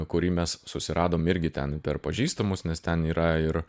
kurį mes susiradom irgi ten per pažįstamus nes ten yra ir